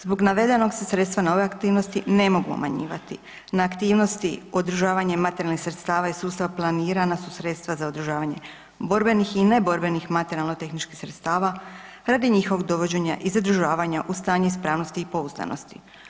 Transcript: Zbog navedenog se sredstva na ove aktivnosti ne mogu umanjivati, na aktivnosti održavanje i materijalnih sredstava i sustava planirana su sredstva za održavanje borbenih i neborbenih materijalno-tehničkih sredstava radi njihovog dovođenja i zadržavanja u stanje ispravnosti i pouzdanosti.